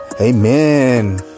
amen